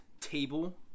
table